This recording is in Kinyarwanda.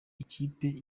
ikipe